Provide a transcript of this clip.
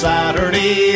Saturday